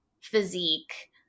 physique